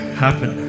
happen